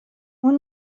اون